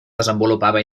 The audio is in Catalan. desenvolupava